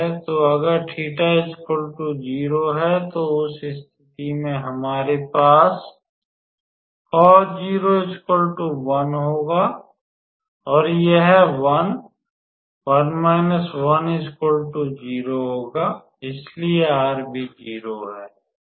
तो अगर𝜃 0 है तो उस स्थिति में हमारे पास cos 0 1 होगा और यह 1 0 होगा इसलिए r भी 0 है